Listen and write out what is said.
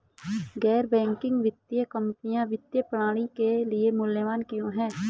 गैर बैंकिंग वित्तीय कंपनियाँ वित्तीय प्रणाली के लिए मूल्यवान क्यों हैं?